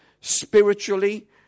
spiritually